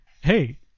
hey